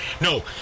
No